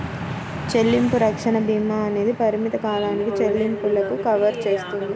చెల్లింపు రక్షణ భీమా అనేది పరిమిత కాలానికి చెల్లింపులను కవర్ చేస్తుంది